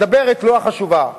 הדברת לא חשובה.